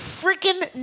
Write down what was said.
freaking